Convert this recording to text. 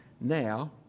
now